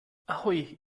ahoi